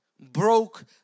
broke